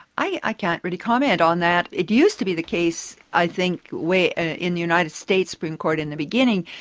i i can't really comment on that. it used to be the case, i think, ah in the united states supreme court in the beginning,